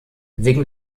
wegen